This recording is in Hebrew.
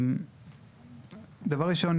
דבר ראשון,